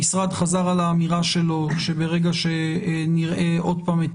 המשרד חזר על האמירה שלו שברגע שנראה עוד פעם את